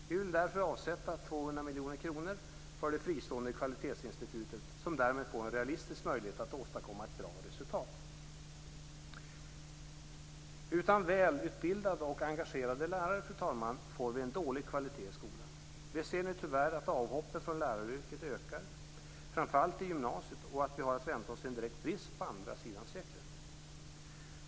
Vi vill därför avsätta 200 miljoner kronor för det fristående kvalitetsinstitutet, som därmed får en realistisk möjlighet att åstadkomma ett bra resultat. Utan välutbildade och engagerade lärare, fru talman, får vi en dålig kvalitet i skolan. Vi ser nu tyvärr att avhoppen från läraryrket ökar, framför allt i gymnasiet, och att vi har att vänta oss en direkt brist på andra sidan sekelskiftet.